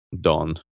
Don